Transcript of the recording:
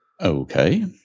Okay